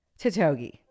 Tatogi